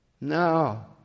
No